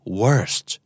worst